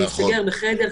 של להיסגר בחדר,